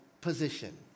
position